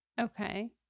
Okay